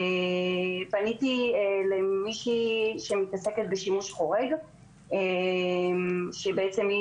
פניתי למישהי שמתעסקת בשימוש חורג שהיא